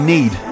Need